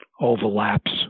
overlaps